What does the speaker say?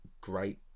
great